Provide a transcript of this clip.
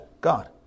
God